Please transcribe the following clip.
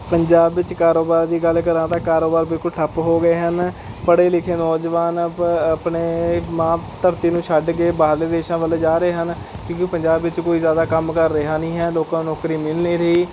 ਪੰਜਾਬ ਵਿੱਚ ਕਾਰੋਬਾਰ ਦੀ ਗੱਲ ਕਰਾਂ ਤਾਂ ਕਾਰੋਬਾਰ ਬਿਲਕੁਲ ਠੱਪ ਹੋ ਗਏ ਹਨ ਪੜ੍ਹੇ ਲਿਖੇ ਨੌਜਵਾਨ ਆਪਣੀ ਮਾਂ ਧਰਤੀ ਨੂੰ ਛੱਡ ਕੇ ਬਾਹਰਲੇ ਦੇਸ਼ਾਂ ਵੱਲ ਜਾ ਰਹੇ ਹਨ ਕਿਉਂਕਿ ਪੰਜਾਬ ਵਿੱਚ ਕੋਈ ਜ਼ਿਆਦਾ ਕੰਮਕਾਰ ਰਿਹਾ ਨਹੀਂ ਹੈ ਲੋਕਾਂ ਨੂੰ ਨੌਕਰੀ ਮਿਲ ਨਹੀਂ ਰਹੀ